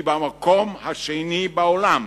היא במקום השני בעולם